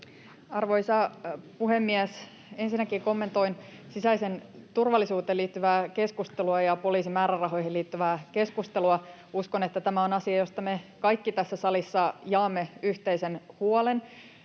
Arvoisa puhemies! Ensinnäkin kommentoin sisäiseen turvallisuuteen liittyvää keskustelua ja poliisin määrärahoihin liittyvää keskustelua. Uskon, että tämä on asia, josta me kaikki tässä salissa jaamme yhteisen huolen.